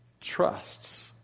trusts